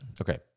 Okay